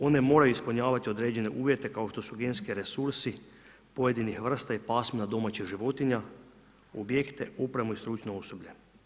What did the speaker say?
One moraju ispunjavati određene uvjete kao što su genski resursi pojedinih vrsta i pasmina domaćih životinja, objekte, opremu i stručno osoblje.